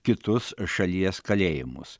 kitus šalies kalėjimus